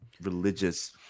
religious